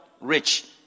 rich